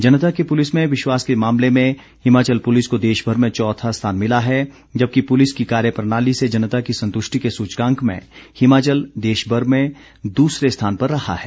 जनता के पुलिस में विश्वास के मामले में हिमाचल पुलिस को देशभर में चौथा स्थान मिला है जबकि पुलिस की कार्य प्रणाली से जनता की संतुष्टि के सूचकांक में हिमाचल देशभर में दूसरे स्थान पर रहा है